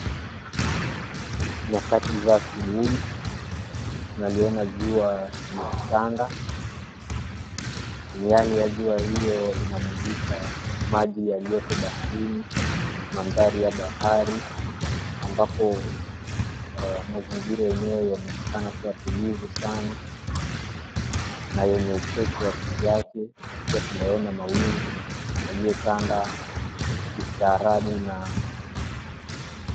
Nyakati za asubuhi, tunaliona jua likitanda. Miale ya jua hio inamulika maji yaliyoko baharini. Mandhari ya bahari ambapo mazingira yenyewe yanaonekana kua tulivu sana na yenye upweke wa kivyake. Pia tunayaona mawingu yaliyotanda kistaarabu na...